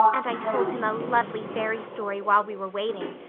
and i told him a lovely fairy story while we were waiting,